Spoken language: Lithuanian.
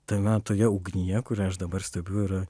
tame toje ugnyje kurią aš dabar stebiu yra